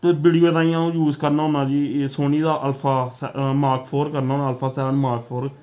तुस वीडियो ताईं अ'ऊं यूज करना होन्नां जी एह् सोनी दा अल्फा मार्क फोर करना होन्नां अल्फा सेवन मार्क फोर